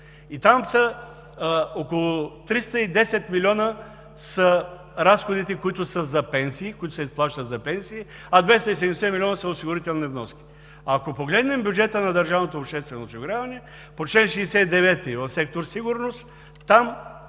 И там около 310 милиона са разходите, които се изплащат за пенсии, а 270 милиона са осигурителни вноски. Ако погледнем бюджета на държавното обществено осигуряване по чл. 69 в сектор „Сигурност“ – там